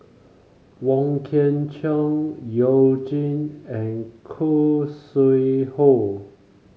Wong Kwei Cheong You Jin and Khoo Sui Hoe